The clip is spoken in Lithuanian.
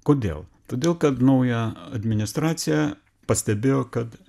kodėl todėl kad nauja administracija pastebėjo kad